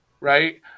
right